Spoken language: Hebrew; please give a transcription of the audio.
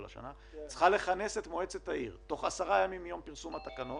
השנה צריכה לכנס את מועצת העיר תוך עשרה ימים מיום פרסום התקנות